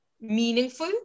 meaningful